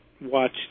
watch